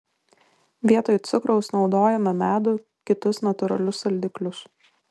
vietoj cukraus naudojame medų kitus natūralius saldiklius